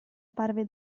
parve